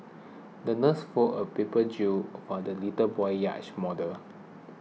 the nurse folded a paper jib for the little boy's yacht model